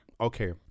okay